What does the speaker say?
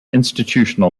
institutional